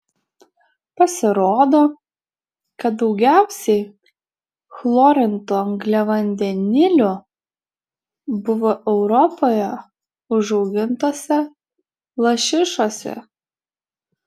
pasirodo kad daugiausiai chlorintų angliavandenilių buvo europoje užaugintose lašišose